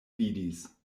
vidis